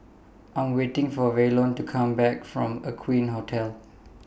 I'm waiting For Waylon to Come Back from Aqueen Hotel